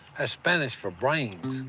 spanish for brains.